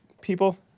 people